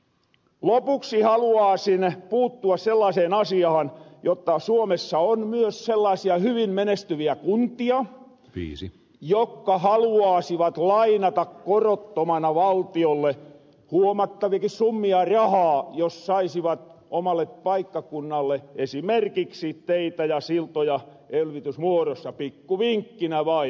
lopuksi haluaasin puuttua sellaseen asiahan jotta suomessa on myös sellaasia hyvin menestyviä kuntia jotka haluaasivat lainata korottamana valtiolle huomattaviakin summia rahaa jos saisivat omalle paikkakunnalle esimerkiksi teitä ja siltoja elvytysmuodossa pikku vinkkinä vain